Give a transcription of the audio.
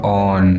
on